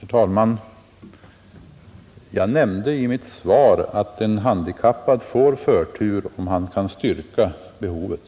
Herr talman! Jag nämnde i mitt svar att en handikappad får förtur, om han kan styrka behovet.